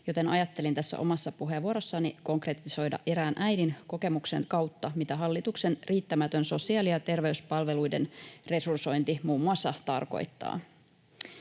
joten ajattelin tässä omassa puheenvuorossani konkretisoida erään äidin kokemuksen kautta, mitä hallituksen riittämätön sosiaali- ja terveyspalveluiden resursointi muun muassa tarkoittaa.